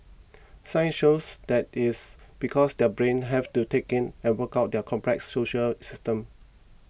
science shows that is because their brains have to take in and work out their very complex social systems